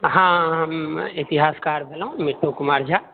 हाँ हम इतिहासकार भेलहुँ मिट्ठू कुमार झा